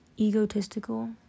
egotistical